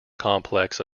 complex